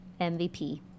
MVP